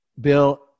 Bill